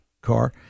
car